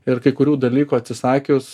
ir kai kurių dalykų atsisakius